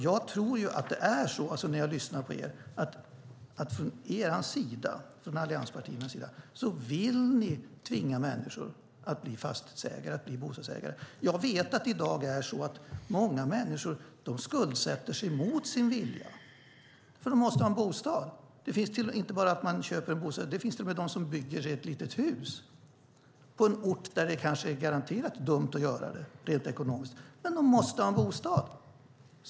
Jag tror att ni från allianspartierna vill tvinga människor att bli bostadsägare. Det låter så när jag lyssnar på er. Jag vet att det i dag är så att många människor skuldsätter sig mot sin vilja, för de måste ha en bostad. Det handlar inte bara om att man köper en bostad; det finns till och med de som bygger ett litet hus på en ort där det rent ekonomiskt kanske är garanterat dumt att göra det, men de måste ha en bostad.